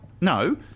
No